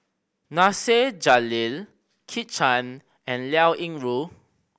Nasir Jalil Kit Chan and Liao Yingru